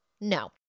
No